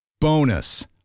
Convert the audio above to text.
Bonus